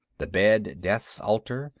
the bed death's altar,